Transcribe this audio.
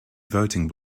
voting